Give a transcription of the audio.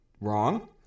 wrong